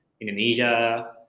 Indonesia